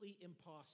impossible